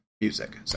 music